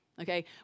okay